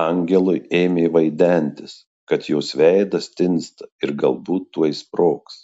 angelui ėmė vaidentis kad jos veidas tinsta ir galbūt tuoj sprogs